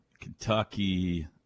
Kentucky